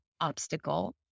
obstacle